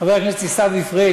חבר הכנסת עיסאווי פריג',